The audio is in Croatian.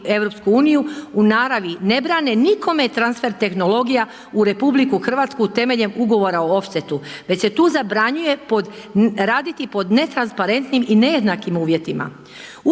u naravi ne brane nikome transfer tehnologija u RH temeljem ugovora o offsetu, već se tu zabranjuje raditi pod netransparentnim i nejednakim uvjetima,